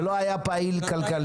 זה לא היה פעיל כלכלית.